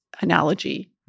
analogy